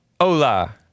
Hola